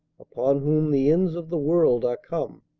upon whom the ends of the world are come.